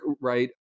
right